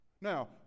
Now